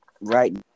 Right